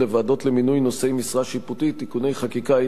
לוועדות למינוי נושאי משרה שיפוטית (תיקוני חקיקה),